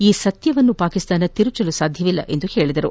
ಈ ಸತ್ಯವನ್ನು ಪಾಕಿಸ್ತಾನ ತಿರುಚಲು ಸಾಧ್ಯವಿಲ್ಲ ಎಂದು ಹೇಳಿದರು